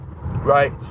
Right